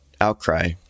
outcry